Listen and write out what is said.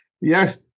yes